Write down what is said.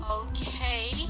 okay